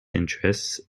interests